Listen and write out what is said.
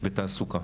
ותעסוקה